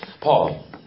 Paul